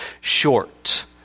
short